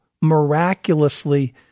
miraculously